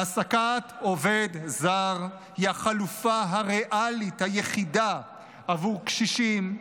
העסקת עובד זר היא החלופה הריאלית היחידה עבור קשישים,